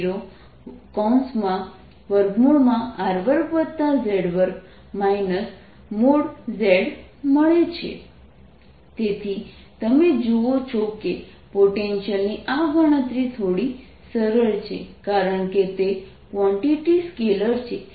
Vz2πσ4π00Rrdrr2z2 Let r2z2y2ydyrdr Vz2πσ4π0|z|R2z2ydyy20R2z2 z તેથી તમે જુઓ છો કે પોટેન્શિયલની આ ગણતરી થોડી સરળ છે કારણ કે તે ક્વોન્ટિટી સ્કેલર છે